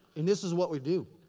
and this is what we do.